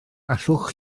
allwch